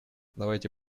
давайте